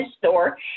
store